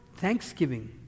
Thanksgiving